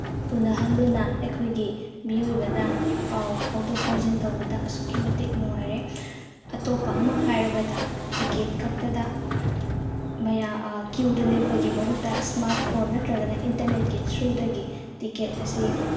ꯎꯅꯍꯟꯗꯨꯅ ꯑꯩꯈꯣꯏꯒꯤ ꯃꯤꯑꯣꯏꯕꯅ ꯄꯥꯎ ꯐꯥꯎꯗꯣꯛ ꯐꯥꯎꯖꯤꯟ ꯇꯧꯕꯗ ꯑꯁꯨꯛꯀꯤ ꯃꯇꯤꯛ ꯅꯨꯡꯉꯥꯏꯔꯦ ꯑꯇꯣꯞꯄ ꯑꯃ ꯍꯥꯏꯔꯕꯗ ꯇꯤꯛꯀꯦꯠ ꯀꯛꯄꯗ ꯀ꯭ꯌꯨꯗ ꯂꯦꯞꯄꯒꯤ ꯃꯍꯨꯠꯇ ꯏꯁꯃꯥꯔꯠ ꯐꯣꯟ ꯅꯠꯇ꯭ꯔꯒꯅ ꯏꯟꯇꯔꯅꯦꯠꯀꯤ ꯊ꯭ꯔꯨꯗꯒꯤ ꯇꯤꯛꯀꯦꯠ ꯑꯁꯤ